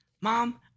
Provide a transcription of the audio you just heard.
mom